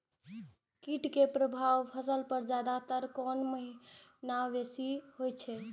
कीट के प्रभाव फसल पर ज्यादा तर कोन महीना बेसी होई छै?